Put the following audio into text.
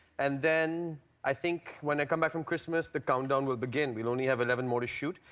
and then i think when i come back from christmas, the countdown will begin. we only have eleven more to shoot.